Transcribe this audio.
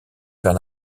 vers